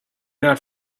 not